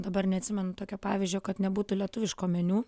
dabar neatsimenu tokio pavyzdžio kad nebūtų lietuviško meniu